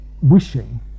wishing